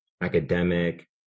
academic